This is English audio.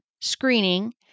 screening